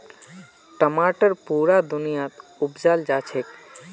टमाटर पुरा दुनियात उपजाल जाछेक